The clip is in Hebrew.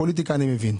פוליטיקה אני מבין.